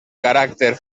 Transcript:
caràcter